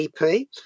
EP